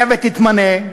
היה ותתמנה,